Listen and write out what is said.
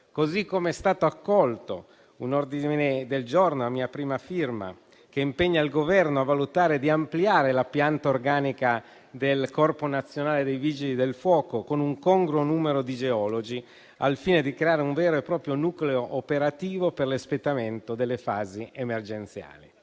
È stato altresì accolto un ordine del giorno a mia prima firma, che impegna il Governo a valutare la possibilità di ampliare la pianta organica del Corpo nazionale dei vigili del fuoco con un congruo numero di geologi, al fine di creare un vero e proprio nucleo operativo per l'espletamento delle fasi emergenziali.